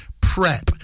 prep